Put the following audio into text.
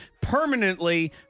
permanently